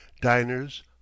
Diners